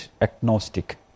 agnostic